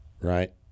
Right